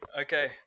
Okay